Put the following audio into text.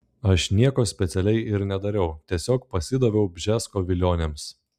aš nieko specialiai ir nedariau tiesiog pasidaviau bžesko vilionėms